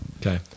Okay